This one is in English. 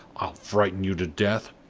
i'll frighten you to death.